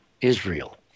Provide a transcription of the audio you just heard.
Israel